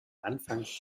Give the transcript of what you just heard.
anfangs